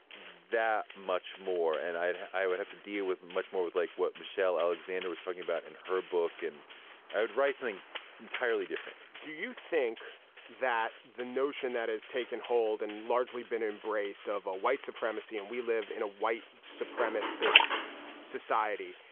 that much more and i would have to deal with much more with like what michelle alexander was talking about in her book and i would write something entirely different do you think that the notion that has taken hold and largely been embraced of a white supremacy and we live in a white supremacist society,